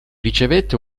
ricevette